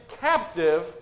captive